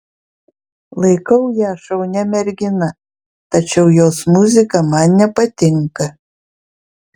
laikau ją šaunia mergina tačiau jos muzika man nepatinka